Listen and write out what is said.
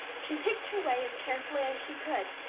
she picked her way as carefully as she could,